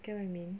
get what I mean